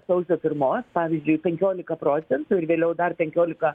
sausio pirmos pavyzdžiui penkiolika procentų ir vėliau dar penkiolika